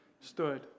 stood